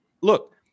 look